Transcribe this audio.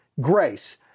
grace